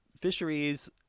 fisheries